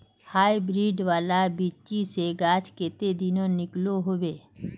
Hybrid वाला बिच्ची से गाछ कते दिनोत निकलो होबे?